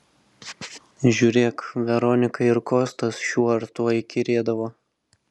žiūrėk veronikai ir kostas šiuo ar tuo įkyrėdavo